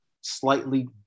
slightly